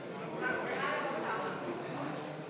46?